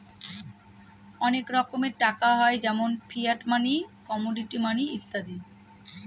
অনেক রকমের টাকা হয় যেমন ফিয়াট মানি, কমোডিটি মানি ইত্যাদি